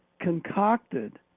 concocted